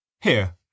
Here